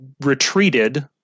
retreated